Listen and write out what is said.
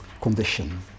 condition